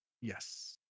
yes